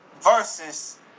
versus